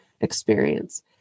experience